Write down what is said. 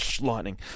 lightning